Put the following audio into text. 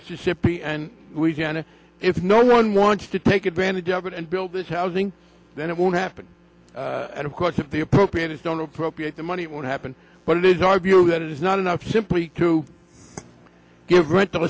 mississippi and louisiana if no one wants to take advantage of it and build this housing then it won't happen and of course if the appropriated don't appropriate the money won't happen but it is our view that it is not enough simply to give rental